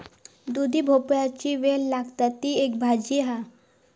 दुधी भोपळ्याचो वेल लागता, ती एक भाजी हा